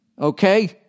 Okay